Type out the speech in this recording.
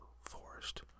forest